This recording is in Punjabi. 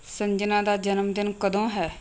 ਸੰਜਨਾ ਦਾ ਜਨਮਦਿਨ ਕਦੋਂ ਹੈ